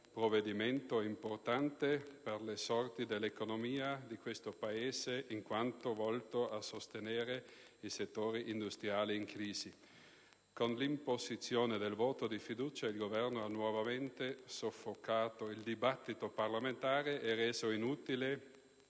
provvedimento importante per le sorti dell'economia di questo Paese, in quanto volto a sostenere i settori industriali in crisi. Con l'imposizione della questione di fiducia il Governo ha nuovamente soffocato il dibattito parlamentare e reso inutili